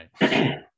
Right